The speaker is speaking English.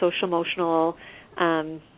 social-emotional